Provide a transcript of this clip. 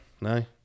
No